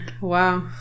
wow